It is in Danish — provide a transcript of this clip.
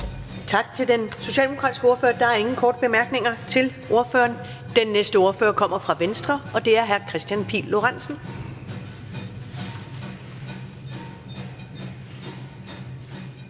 Tak til den socialdemokratiske ordfører. Der er ingen korte bemærkninger til ordføreren. Den næste ordfører kommer fra Venstre, og det er hr. Kristian Pihl Lorentzen.